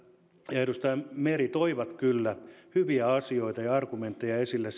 ja edustaja meri toivat kyllä hyviä asioita ja argumentteja esille